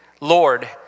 Lord